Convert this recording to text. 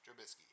Trubisky